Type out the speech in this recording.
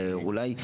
ואולי,